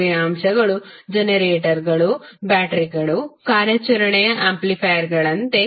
ಸಕ್ರಿಯ ಅಂಶಗಳು ಜನರೇಟರ್ಗಳು ಬ್ಯಾಟರಿಗಳು ಕಾರ್ಯಾಚರಣೆಯ ಆಂಪ್ಲಿಫೈಯರ್ಗಳಂತೆ